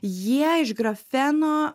jie iš grafeno